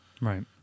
right